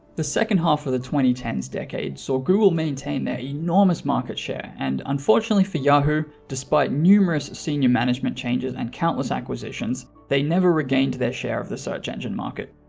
the second half of the twenty ten s decades so google maintain their enormous market share and unfortunately for yahoo, despite numerous senior management changes and countless acquisitions they never regained their share of the search engine market.